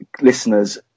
listeners